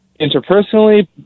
interpersonally